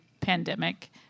pandemic